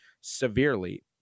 severely